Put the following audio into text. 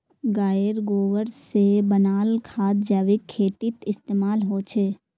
गायेर गोबर से बनाल खाद जैविक खेतीत इस्तेमाल होछे